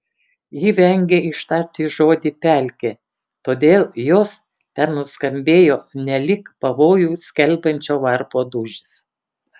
ji vengė ištarti žodį pelkė todėl jos ten nuskambėjo nelyg pavojų skelbiančio varpo dūžis